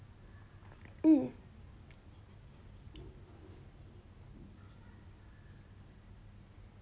mm